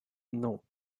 non